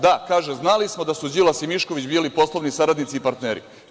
Da“, kaže, „znali smo da su Đilas i Mišković bili poslovni saradnici i partneri“